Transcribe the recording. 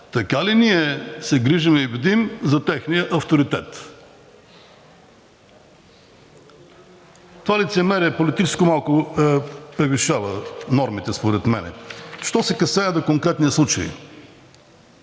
така ли се грижим и бдим за техния авторитет? Това политическо лицемерие малко превишава нормите според мен. Що се касае до конкретния случай.